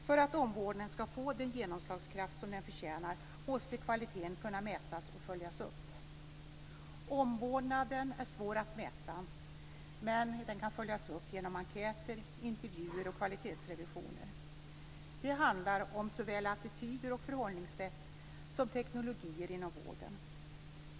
För att omvårdnaden skall få den genomslagskraft som den förtjänar måste kvaliteten kunna mätas och följas upp. Omvårdnaden är svår att mäta, men den kan följas upp genom enkäter, intervjuer och kvalitetsrevisioner. Det handlar om såväl attityder och förhållningssätt som teknologier inom vården.